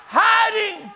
hiding